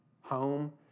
home